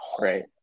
Right